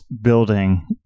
building